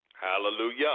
Hallelujah